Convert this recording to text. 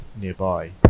nearby